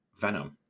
Venom